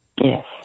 Yes